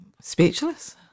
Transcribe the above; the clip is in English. Speechless